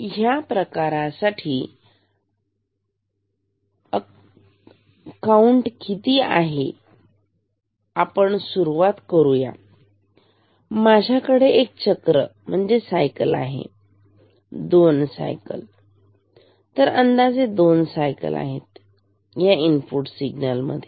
तर ह्या प्रकारासाठी अकाउंट किती आहे आपण इथून सुरुवात करूया माझ्याकडे एक चक्र सायकल दोन सायकल तर अंदाजे दोन सायकल आहेत या इनपुट सिग्नल मध्ये